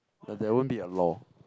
there there won't be a law